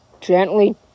gently